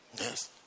Yes